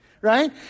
right